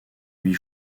huit